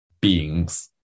beings